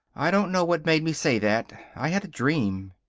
i don't know what made me say that. i had a dream.